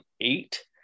eight